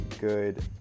good